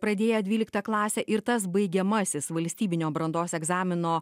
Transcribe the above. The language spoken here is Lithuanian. pradėję dvyliktą klasę ir tas baigiamasis valstybinio brandos egzamino